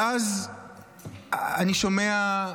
ואז אני שומע,